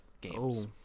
games